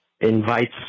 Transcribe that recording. invites